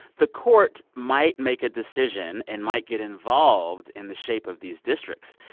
the court might make a decision and might get involved in the shape of these districts.